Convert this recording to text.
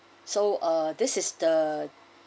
so uh this is the